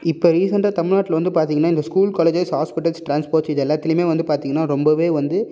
இப்போ ரீசன்ட்டாக தமிழ்நாட்டில் வந்து பார்த்தீங்கன்னா இந்த ஸ்கூல் காலேஜஸ் ஹாஸ்பிட்டல்ஸ் ட்ரான்ஸ்போர்ட்ஸ் இது எல்லாத்துலேயுமே வந்து பார்த்தீங்கன்னா ரொம்பவே வந்து